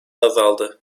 azaldı